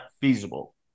feasible